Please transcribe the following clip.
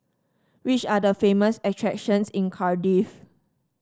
which are the famous attractions in Cardiff